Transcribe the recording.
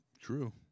true